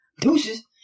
Deuces